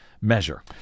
measure